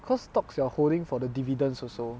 because stocks you are holding for the dividends also